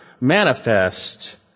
manifest